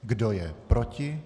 Kdo je proti?